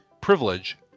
privilege